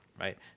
right